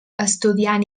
estudiant